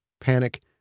panic